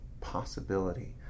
possibility